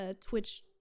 twitch